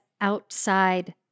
outside